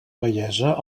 vellesa